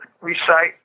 recite